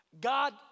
God